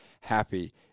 happy